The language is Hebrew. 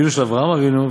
ואֵילו של אברהם אבינו,